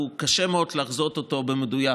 קשה מאוד לחזות אותו במדויק.